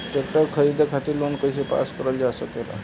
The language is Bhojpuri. ट्रेक्टर खरीदे खातीर लोन कइसे पास करल जा सकेला?